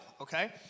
okay